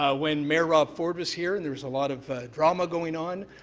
ah when mayor rob ford was here and there was a lot of drama going on.